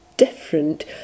different